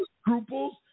scruples